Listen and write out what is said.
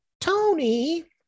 Tony